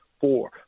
four